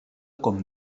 com